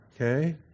Okay